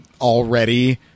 already